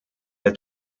der